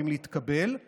היה אחד, חצי כזה.